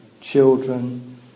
children